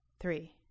Three